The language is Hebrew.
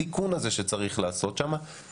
אנחנו נפתח את הדיון של הוועדה לביטחון פנים.